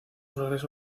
regreso